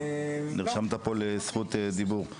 נרשמת פה לזכות דיבור.